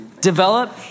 Develop